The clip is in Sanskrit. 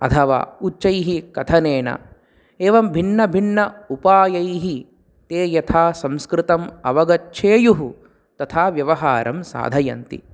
अथवा उच्चैः कथनेन एवं भिन्नभिन्न उपायैः ते यथा संस्कृतम् अवगच्छेयुः तथा व्यवहारं साधयन्ति